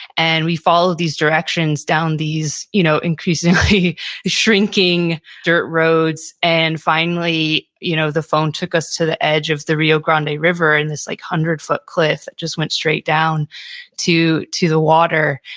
and we followed these directions down these you know increasingly shrinking dirt roads. and finally, you know the phone took us to the edge of the rio grande river in this like hundred foot cliff that just went straight down to to the water.